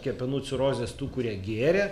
kepenų cirozės tų kurie gėrė